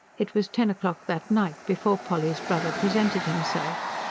it was ten o'clock that night before polly's brother presented himself.